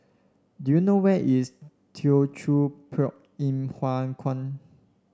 do you know where is Teochew Poit Ip Huay Kuan